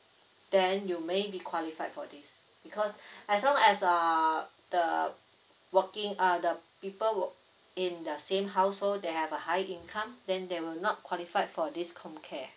then you may be qualified for this because as long as uh the working uh the people wo~ in the same household they have a high income then they will not qualified for this comcare